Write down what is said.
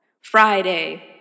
Friday